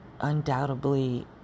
undoubtedly